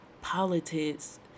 politics